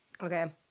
Okay